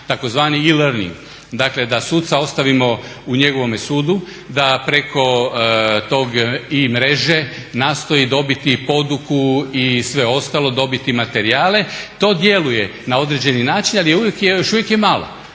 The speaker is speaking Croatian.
na tzv. e-learning, dakle da suca ostavimo u njegovome sudu, da preko tog e-mreže nastoji dobiti poduku i sve ostalo, dobiti materijale. To djeluje na određeni način ali još uvijek je malo.